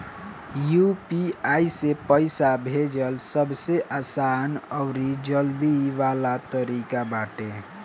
UPI से पईसा भेजल सबसे आसान अउरी जल्दी वाला तरीका बाटे